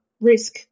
risk